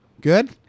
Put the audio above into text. Good